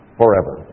forever